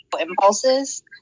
Impulses